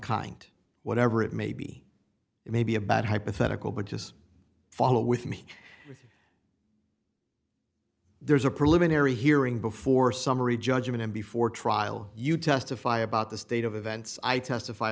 kind whatever it may be it may be a bad hypothetical but just follow with me there's a preliminary hearing before summary judgment and before trial you testify about the state of events i testify